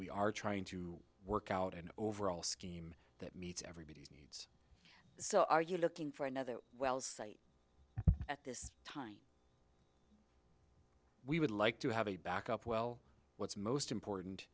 we are trying to work out an overall scheme that meets everybody so are you looking for another well site at this time we would like to have a backup well what's most important